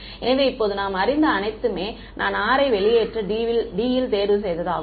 எனவே இப்போது நாம் அறிந்த அனைத்துமே நான் r யை வெளியேற்ற D ல் தேர்வு செய்தது ஆகும்